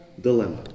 dilemma